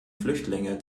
flüchtlinge